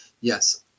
yes